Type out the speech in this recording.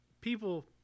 people